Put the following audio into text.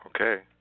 Okay